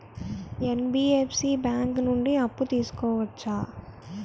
NBFC bank నుండి అప్పు తీసుకోవచ్చా?